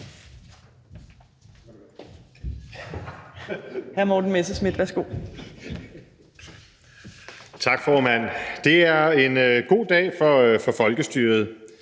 Tak, formand. Det er en god dag for folkestyret